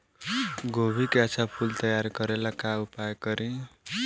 गोभी के अच्छा फूल तैयार करे ला का उपाय करी?